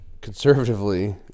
Conservatively